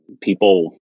people